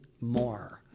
more